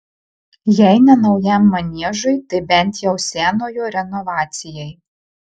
jei ne naujam maniežui tai bent jau senojo renovacijai